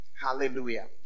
Hallelujah